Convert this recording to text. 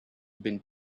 been